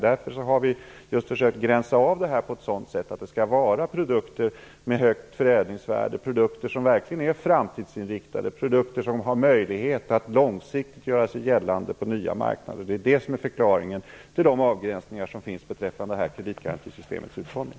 Vi har därför just försökt att avgränsa på ett sådant sätt att det är produkter med högt förädlingsvärde, verkligt framtidsinriktade produkter som har möjlighet att långsiktigt göra sig gällande på nya marknader, som skall komma i fråga. Det är förklaringen till de avgränsningar som förekommer i kreditgarantisystemets utformning.